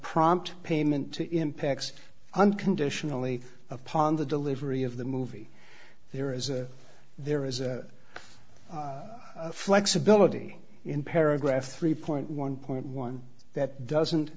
prompt payment to impacts unconditionally upon the delivery of the movie there is a there is a flexibility in paragraph three point one point one that doesn't